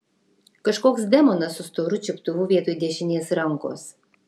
kažkoks demonas su storu čiuptuvu vietoj dešinės rankos